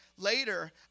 Later